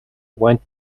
went